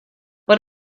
but